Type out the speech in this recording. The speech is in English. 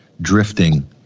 drifting